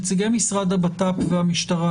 נציגי משרד הבט"פ והמשטרה,